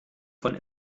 von